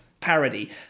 parody